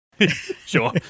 Sure